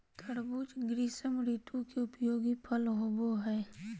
तरबूज़ ग्रीष्म ऋतु के उपयोगी फल होबो हइ